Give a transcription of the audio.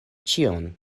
ĉion